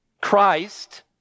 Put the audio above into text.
Christ